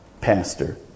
pastor